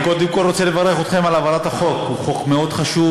חבר הכנסת חמד עמאר, בבקשה,